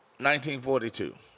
1942